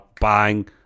bang